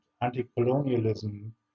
anti-colonialism